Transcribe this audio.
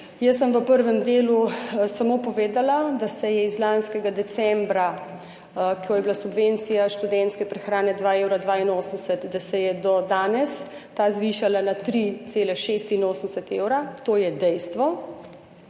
Jaz sem v prvem delu samo povedala, da se je od lanskega decembra, ko je bila subvencija študentske prehrane 2,82, do danes ta zvišala na 3,86 evra. To je dejstvo.